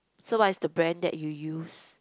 so what is the brand that you use